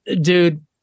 dude